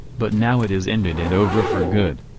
but now it is ended and over for good.